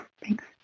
Thanks